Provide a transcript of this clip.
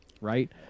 right